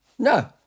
No